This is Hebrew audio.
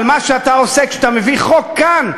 אבל מה שאתה עושה כשאתה מביא חוק כאן,